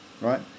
right